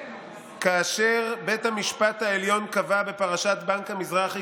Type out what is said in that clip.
"כאשר בית המשפט העליון קבע בפרשת בנק המזרחי